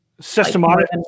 systematic